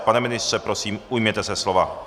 Pane ministře, prosím, ujměte se slova.